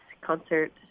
concert